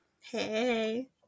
Hey